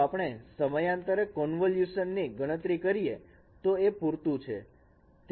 જો આપણે સમયાંતરે કન્વોલ્યુશન ની ગણતરી કરીએ તો એ પૂરતું છે